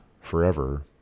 forever